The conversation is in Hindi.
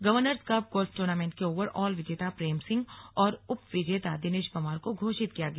गवर्नर्स कप गोल्फ ट्र्नामेंट के ओवरऑल विजेता प्रेम सिंह और उपविजेता दिनेश पंवार को घोषित किया गया